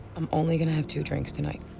i'm only gonna have two drinks tonight.